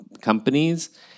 companies